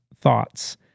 thoughts